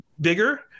bigger